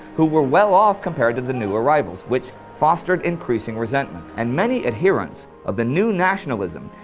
who were well off compared to the new arrivals, which fostered increasing resentment. and many adherents of the new nationalism,